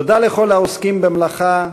תודה לכל העוסקים במלאכה,